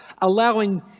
allowing